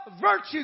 virtue